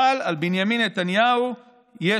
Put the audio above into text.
אבל על בנימין נתניהו יש